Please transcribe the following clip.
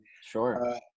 Sure